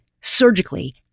surgically